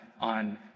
on